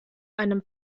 einem